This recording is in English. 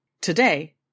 Today